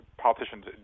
politicians